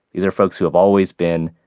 these are folks who have always been,